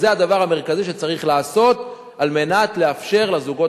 זה הדבר המרכזי שצריך לעשות על מנת לאפשר לזוגות